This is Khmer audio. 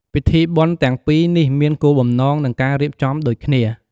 ពិធីបុណ្យទាំងពីនេះមានគោលបំណង និងការរៀបចំដូចគ្នា។